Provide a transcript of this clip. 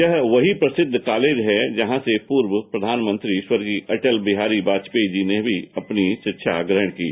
यह वहीं प्रसिद्ध कॉलेज है जहां से पूर्व प्रधानमंत्री स्वर्गीय अटल विहारी वाजपेयी जी ने अपनी शिक्षा ग्रहण की थी